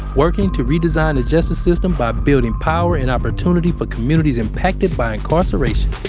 working to redesign the justice system by building power and opportunity for communities impacted by incarceration